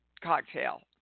cocktail